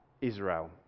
Israel